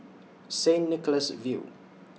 Saint Nicholas View